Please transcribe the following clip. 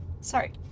sorry